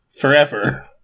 forever